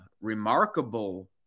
remarkable